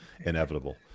inevitable